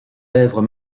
lèvres